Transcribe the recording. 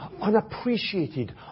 unappreciated